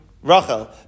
Rachel